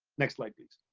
next slide please.